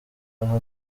aho